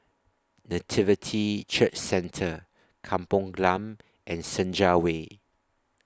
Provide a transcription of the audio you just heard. Nativity Church Centre Kampong Glam and Senja Way